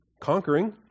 conquering